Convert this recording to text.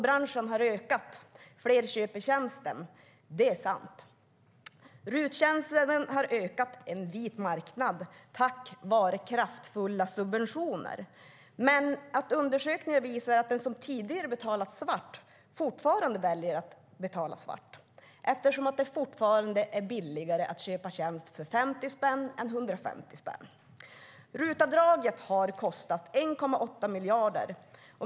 Branschen har vuxit. Fler köper tjänsten. Det är sant. RUT-tjänsterna har utökat en vit marknad tack vare kraftfulla subventioner. Men undersökningar visar att den som tidigare betalade svart fortfarande väljer att betala svart eftersom det fortfarande är billigare att köpa tjänster för 50 spänn än för 150 spänn. RUT-avdraget har kostat 1,8 miljarder.